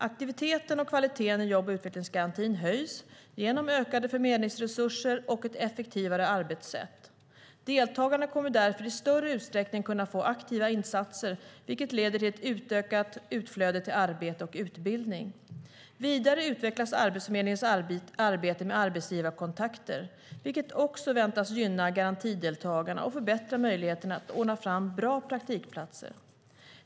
Aktiviteten och kvaliteten i jobb och utvecklingsgarantin höjs genom ökade förmedlingsresurser och ett effektivare arbetssätt. Deltagarna kommer därför i större utsträckning att kunna få aktiva insatser, vilket leder till ett ökat utflöde till arbete och utbildning. Vidare utvecklas Arbetsförmedlingens arbete med arbetsgivarkontakter, vilket också väntas gynna garantideltagarna och förbättra möjligheterna att ordna fram bra praktikplatser.